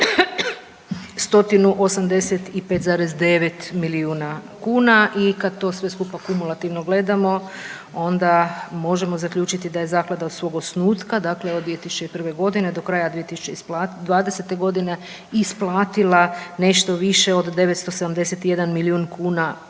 185,9 milijuna kuna i kad to sve skupa kumulativno gledamo onda možemo zaključiti da je zaklada od svog osnutka, dakle od 2001.g. do kraja 2020.g. isplatila nešto više od 971 milijun kuna